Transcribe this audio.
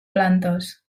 plantes